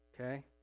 Okay